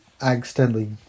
accidentally